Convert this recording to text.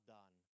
done